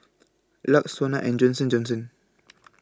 LUX Sona and Johnson Johnson